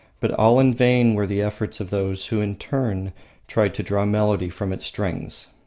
but all in vain were the efforts of those who in turn tried to draw melody from its strings.